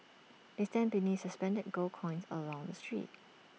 they stand beneath suspended gold coins along the street